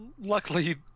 Luckily